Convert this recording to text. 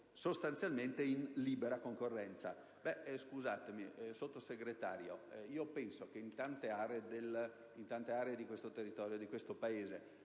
sostanzialmente in libera concorrenza.